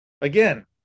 Again